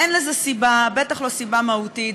אין לזה סיבה, ובטח לא סיבה מהותית.